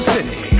City